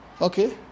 okay